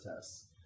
tests